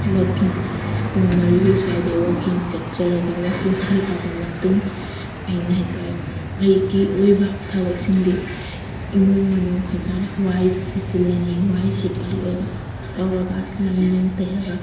ꯋꯥꯀꯤꯡ ꯄꯨꯡ ꯃꯔꯤ ꯁ꯭ꯋꯥꯏꯗꯩ ꯋꯥꯀꯤꯡ ꯆꯠꯆꯔꯒ ꯋꯥꯀꯤꯡ ꯍꯜꯂꯛꯑꯕ ꯃꯇꯨꯡ ꯑꯩꯅ ꯍꯥꯏꯇꯥꯔꯦ ꯑꯩꯒꯤ ꯑꯣꯏꯕ ꯊꯕꯛꯁꯤꯡꯗꯤ ꯏꯃꯨꯡ ꯃꯅꯨꯡ ꯍꯥꯏꯇꯥꯔꯦ ꯋꯥꯏ ꯁꯤꯠꯆꯤꯜꯂꯅꯤ ꯋꯥꯏ ꯁꯤꯠꯄ ꯂꯣꯏꯕ ꯇꯧꯔꯒ ꯂꯝ ꯅꯨꯡ ꯇꯩꯔꯒ